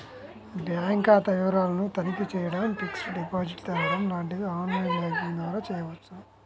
bank ఖాతా వివరాలను తనిఖీ చేయడం, ఫిక్స్డ్ డిపాజిట్లు తెరవడం లాంటివి ఆన్ లైన్ బ్యాంకింగ్ ద్వారా చేయవచ్చు